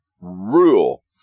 rule